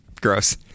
Gross